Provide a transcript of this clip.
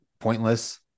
pointless